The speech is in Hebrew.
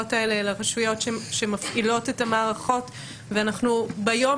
השאלות האלה לרשויות שמפעילות את המערכות ואנחנו ביום